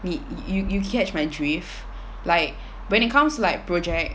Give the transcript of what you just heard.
th~ you you catch my drift like when it comes to like project